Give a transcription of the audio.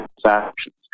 transactions